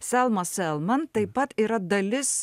selma selman taip pat yra dalis